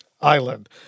Island